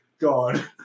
God